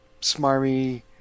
smarmy